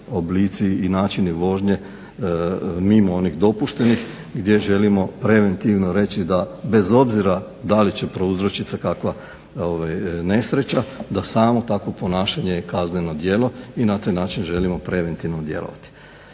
oblici i načini vožnje mimo onih dopuštenih gdje želimo preventivno reći da bez obzira da li će prouzročit se kakva nesreća da samo takvo ponašanje je kazneno djelo i na taj način želimo preventivno djelovati.